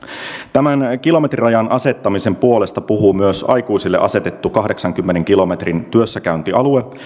tämän kilometrirajan asettamisen puolesta puhuu myös aikuisille asetettu kahdeksankymmenen kilometrin työssäkäyntialue